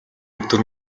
өдөр